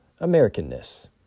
Americanness